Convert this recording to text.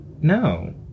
No